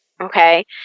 Okay